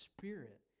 spirit